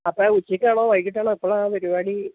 അപ്പോഴേ ഉച്ചയ്ക്കാണോ വൈകീട്ടാണോ എപ്പോഴാണു പരിപാടി